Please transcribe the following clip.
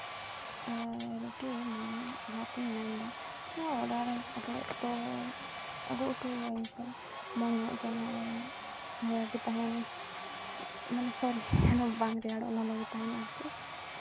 ᱟᱨ ᱟᱹᱰᱤ ᱢᱚᱡᱽ ᱧᱚᱜ ᱨᱟᱦᱟᱛᱤᱧ ᱢᱮᱱᱫᱟ ᱚᱰᱟᱨ ᱠᱟᱛᱮᱫ ᱛᱚ ᱟᱹᱜᱩ ᱦᱚᱴᱚ ᱟᱹᱧᱯᱮ ᱢᱚᱡᱽ ᱧᱚᱜ ᱡᱮᱱᱚ ᱨᱮᱭᱟᱲ ᱜᱮ ᱛᱟᱦᱮᱱ ᱢᱟᱱᱮ ᱥᱚᱨᱤ ᱡᱮᱱᱚ ᱵᱟᱝ ᱨᱮᱭᱟᱲᱚᱜ ᱞᱚᱞᱚ ᱜᱮ ᱛᱟᱦᱮᱱ ᱟᱨᱠᱤ